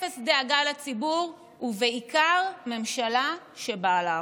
אפס דאגה לציבור, ובעיקר, ממשלה שבאה להרוס.